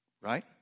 Right